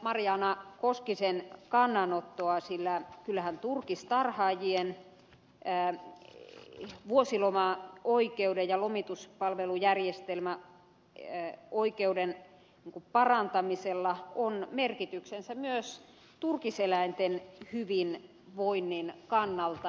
marjaana koskisen kannanottoa sillä kyllähän turkistarhaajien vuosilomaoikeuden ja lomituspalvelujärjestelmäoikeuden parantamisella on merkityksensä myös turkiseläinten hyvinvoinnin kannalta